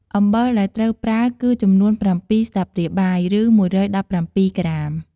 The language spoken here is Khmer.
អំំបិលដែលត្រូវប្រើគឺចំនួន ៧ស្លាបព្រាបាយ ឬ ១១៧ ក្រាម។